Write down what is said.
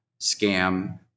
Scam